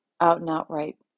out-and-outright